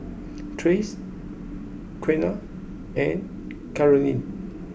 Trace Qiana and Carolyne